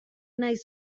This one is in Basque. naiz